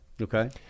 Okay